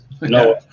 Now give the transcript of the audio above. no